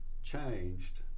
Changed